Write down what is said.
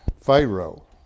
Pharaoh